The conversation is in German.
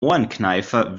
ohrenkneifer